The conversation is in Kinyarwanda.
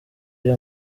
iyo